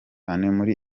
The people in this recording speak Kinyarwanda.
muri